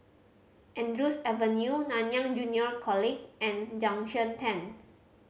Andrews Avenue Nanyang Junior College and Junction Ten